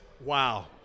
Wow